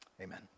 Amen